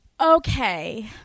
Okay